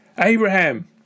Abraham